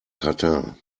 katar